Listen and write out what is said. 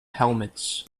helmets